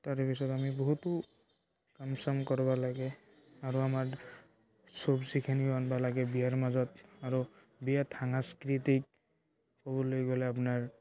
তাৰপিছত আমি বহুতো কাম চাম কৰিব লাগে আৰু আমাৰ চবজিখিনিও আনিব লাগে বিয়াৰ মাজত আৰু বিয়াৰ সাংস্কৃতিক ক'বলৈ গ'লে আপোনাৰ